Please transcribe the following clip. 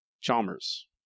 chalmers